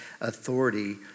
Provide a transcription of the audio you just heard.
authority